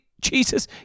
Jesus